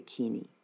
bikini